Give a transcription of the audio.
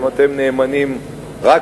אתם נאמנים רק